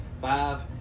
Five